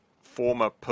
former